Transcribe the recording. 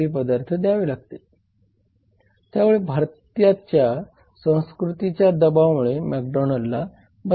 तर ही नियंत्रणे वेगवेगळ्या व्यवसायांच्या नियामकांद्वारे केली जातात